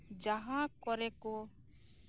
ᱡᱟᱸᱦᱟ ᱠᱚᱨᱮ ᱠᱚ